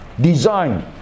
design